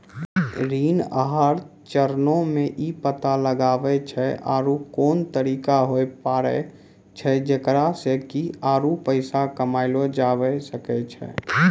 ऋण आहार चरणो मे इ पता लगाबै छै आरु कोन तरिका होय पाड़ै छै जेकरा से कि आरु पैसा कमयलो जाबै सकै छै